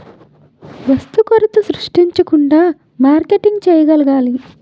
వస్తు కొరత సృష్టించకుండా మార్కెటింగ్ చేయగలగాలి